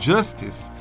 Justice